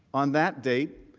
on that date,